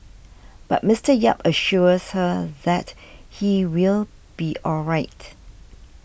but Mister Yap assures her that he will be all right